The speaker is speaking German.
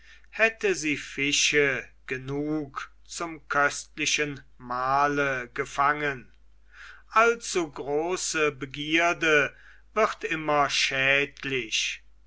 hätte sie fische genug zum köstlichen mahle gefangen allzu große begierde wird immer schädlich